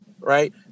right